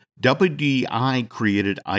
WDI-created